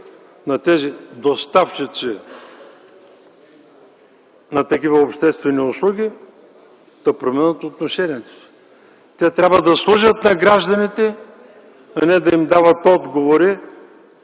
на доставчиците на такива обществени услуги да променят отношението си. Те трябва да служат на гражданите, а не да им дават отговори